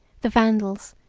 the vandals,